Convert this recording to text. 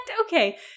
okay